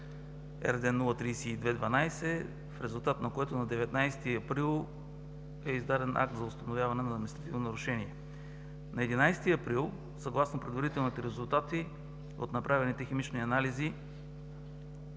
РД 032-12, в резултат на което на 19 април е издаден акт за установяване на административно нарушение. На 11 април съгласно предварителните резултати от направените химични анализи